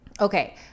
Okay